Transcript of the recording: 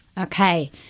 Okay